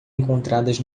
encontradas